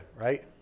right